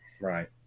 right